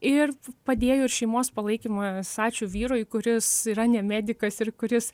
ir padėjo ir šeimos palaikymas ačiū vyrui kuris yra ne medikas ir kuris